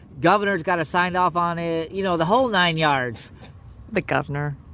governor's gotta sign off on it, you know the whole nine yards the governor?